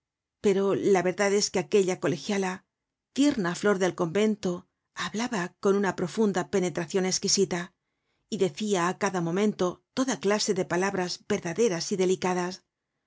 pero la verdad es que aquella colegiala tierna flor del convento hablaba con una profunda penetracion esquisita y decia á cada momento toda clase de palabras verdaderas y delicadas